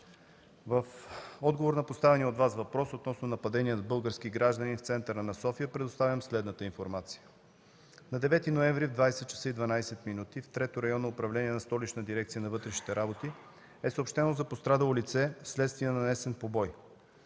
в отговор на поставения от Вас въпрос относно нападение на български гражданин в центъра на София, предоставям следната информация. На 9 ноември в 20,12 ч. в Трето районно управление на Столична дирекция на вътрешните работи е съобщено за пострадало лице вследствие нанесен побой.